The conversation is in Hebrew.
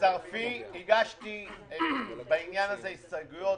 הגשתי בעניין הזה הסתייגויות.